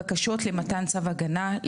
(ו)קיבל בית המשפט הערכת מסוכנות כאמור בסעיף קטן (א),